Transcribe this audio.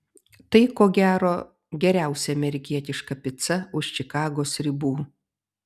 tai ko gero geriausia amerikietiška pica už čikagos ribų